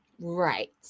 Right